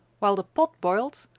while the pot boiled,